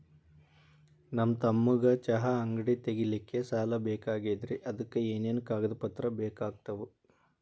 ನನ್ನ ತಮ್ಮಗ ಚಹಾ ಅಂಗಡಿ ತಗಿಲಿಕ್ಕೆ ಸಾಲ ಬೇಕಾಗೆದ್ರಿ ಅದಕ ಏನೇನು ಕಾಗದ ಪತ್ರ ಬೇಕಾಗ್ತವು?